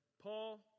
paul